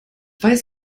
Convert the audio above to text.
weiß